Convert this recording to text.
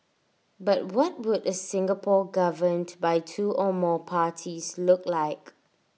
but what would A Singapore governed by two or more parties look like